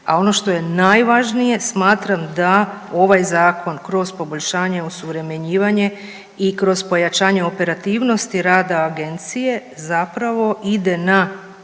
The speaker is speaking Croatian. a ono što je najvažnije smatram da ovaj zakon kroz poboljšanje, osuvremenjivanje i kroz pojačanje operativnosti rada agencije zapravo ide na